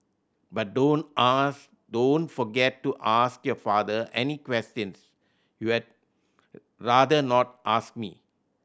but don't ask don't forget to ask your father any questions you'd rather not ask me